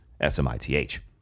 S-M-I-T-H